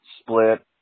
split